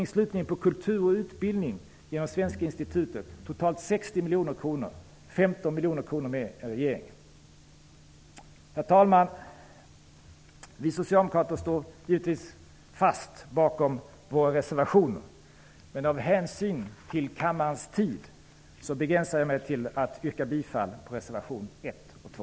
En satsning på kultur och utbildning genom Svenska institutet, totalt 60 miljoner kronor. Det är 15 miljoner kronor mer än regeringen föreslår. Herr talman! Vi socialdemokrater står givetvis fast vid vår reservation. Men av hänsyn till kammaren begränsar jag mig till att yrka bifall till reservationerna 1 och 2.